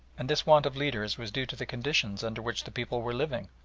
and this want of leaders was due to the conditions under which the people were living,